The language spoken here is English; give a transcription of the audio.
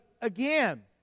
again